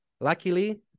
luckily